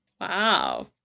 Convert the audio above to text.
wow